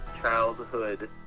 childhood